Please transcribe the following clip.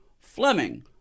Fleming